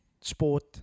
sport